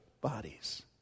bodies